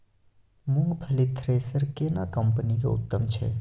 मूंगफली थ्रेसर केना कम्पनी के उत्तम छै?